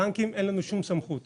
אין לנו שום סמכות על הבנקים.